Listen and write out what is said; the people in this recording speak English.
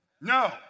No